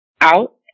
out